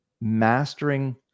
mastering